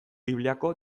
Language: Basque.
bibliako